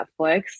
netflix